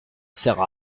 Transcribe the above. sert